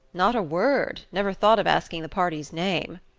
not a word never thought of asking the party's name.